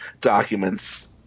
documents